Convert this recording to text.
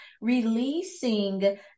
releasing